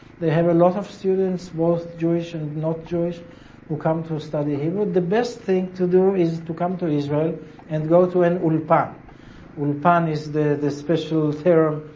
they have a lot of students both jewish and not jewish who come to study hebrew. the best thing to do is to come to israel and go to an ulpan. ulpan is the the special theorem.